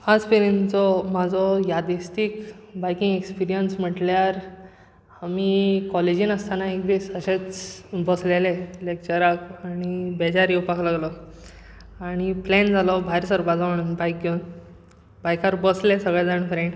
आज मेरेनचो म्हाजो यादिस्तीक बायकींग एक्सप्रिएन्स म्हटल्यार आमी कॉलेजींत आसताना एक दीस अशेंच बसलेले लॅक्चराक आनी बेजार येवपाक लागलो आनी प्लॅन जालो भायर सरपाचो म्हणून बायक घेवन बायकार बसलेच सगळें जाण फ्रॅण्ड